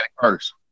first